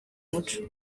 muco